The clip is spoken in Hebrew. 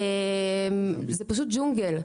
וזה פשוט ג'ונגל.